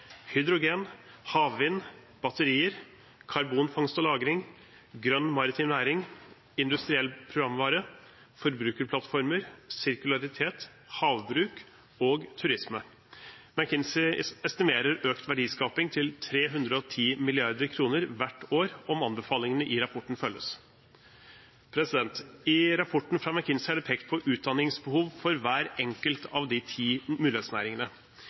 hydrogen, havvind, batterier, karbonfangst og -lagring, grønn maritim næring, industriell programvare, forbrukerplattformer, sirkularitet, havbruk og turisme. McKinsey estimerer økt verdiskaping til 310 mrd. kr hvert år om anbefalingene i rapporten følges. I rapporten fra McKinsey er det pekt på utdanningsbehov for hver enkelt av de ti mulighetsnæringene.